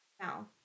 Now